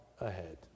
ahead